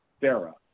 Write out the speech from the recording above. Sarah